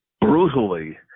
brutally